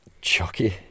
Chucky